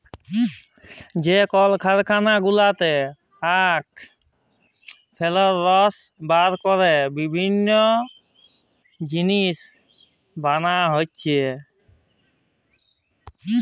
যে কারখালা গুলাতে আখ ফসল থেক্যে রস বের ক্যরে বিভিল্য জিলিস বানাল হ্যয়ে